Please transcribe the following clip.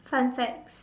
fun fact